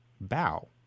bow